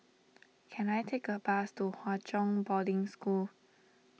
can I take a bus to Hwa Chong Boarding School